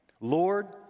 Lord